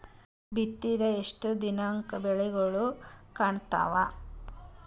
ಬಿತ್ತಿದ ಎಷ್ಟು ದಿನಕ ಬೆಳಿಗೋಳ ಕಾಣತಾವ?